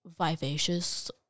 vivacious